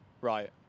Right